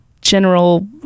general